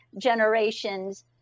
generations